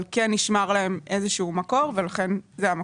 כן נשמר להם איזשהו מקור ולכן זה המקור.